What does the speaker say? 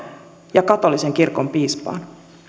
ja katolisen kirkon piispaan